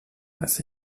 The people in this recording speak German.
weiß